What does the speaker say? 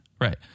Right